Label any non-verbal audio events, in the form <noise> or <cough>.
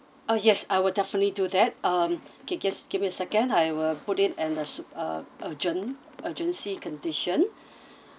uh yes I will definitely do that um okay just give me a second I will put it and the su~ uh urgent urgency condition <breath>